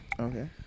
okay